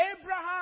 Abraham